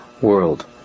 world